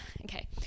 okay